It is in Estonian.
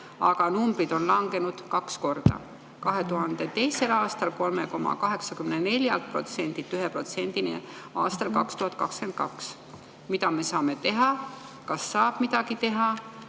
aga numbrid on langenud kaks korda: 3,84%‑lt 2002. aastal 1%‑ni aastal 2022. Mida me saame teha ja kas saab midagi teha?